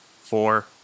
four